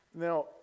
Now